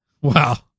Wow